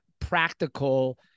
practical